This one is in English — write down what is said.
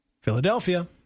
Philadelphia